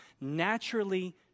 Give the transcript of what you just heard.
naturally